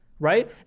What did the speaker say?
right